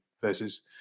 versus